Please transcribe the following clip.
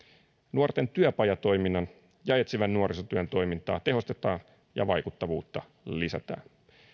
nuorten työpajatoiminnan ja etsivän nuorisotyön toimintaa tehostetaan ja vaikuttavuutta lisätään